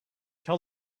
tell